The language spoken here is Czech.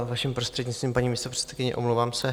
Vaším prostřednictvím, paní místopředsedkyně, omlouvám se.